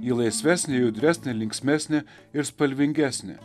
ji laisvesnė judresnė linksmesnė ir spalvingesnė